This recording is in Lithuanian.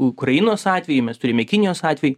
ukrainos atvejį mes turime kinijos atvejį